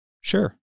Sure